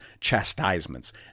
chastisements